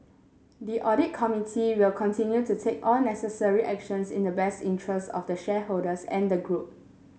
the audit committee will continue to take all necessary actions in the best interests of the shareholders and the group